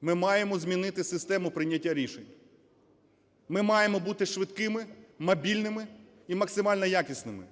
ми маємо змінити систему прийняття рішень, ми маємо бути швидкими, мобільними і максимально якісними.